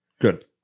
Good